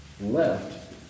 left